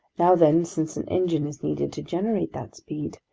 now then, since an engine is needed to generate that speed,